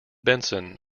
benson